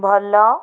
ଭଲ